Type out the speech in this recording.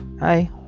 Hi